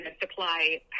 supply